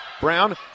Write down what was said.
brown